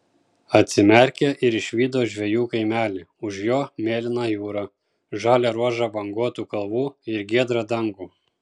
atsimerkė ir išvydo žvejų kaimelį už jo mėlyną jūrą žalią ruožą banguotų kalvų ir giedrą dangų